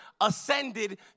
ascended